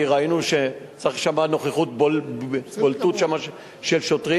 כי ראינו שצריך שם נוכחות בולטת של שוטרים.